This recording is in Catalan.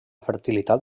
fertilitat